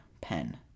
pen